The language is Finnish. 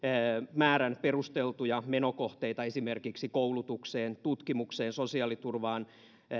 määrän perusteltuja menokohteita esimerkiksi koulutukseen tutkimukseen sosiaaliturvaan